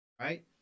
Right